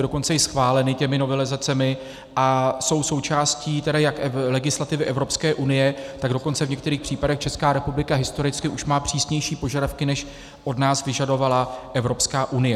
Dokonce i schváleny těmi novelizacemi a jsou součástí tedy jak legislativy Evropské unie, tak dokonce v některých případech Česká republika historicky už má přísnější požadavky, než od nás vyžadovala Evropská unie.